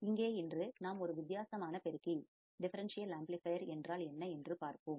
இங்கே இன்று நாம் ஒரு வித்தியாசமான பெருக்கி டிஃபரண்சியல்ஆம்ப்ளிபையர் differential amplifier என்றால் என்ன என்று பார்ப்போம்